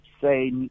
say